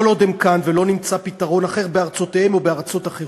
כל עוד הם כאן ולא נמצא פתרון אחר בארצותיהם או בארצות אחרות,